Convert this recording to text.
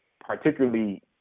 particularly